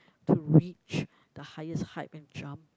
to reach the highest height and jump